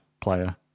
player